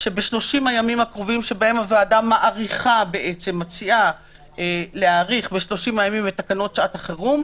שב-30 הימים הקרובים שבהם הוועדה מאריכה את תקנות שעת החירום,